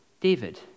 David